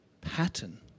pattern